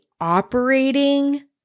operating